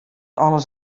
alles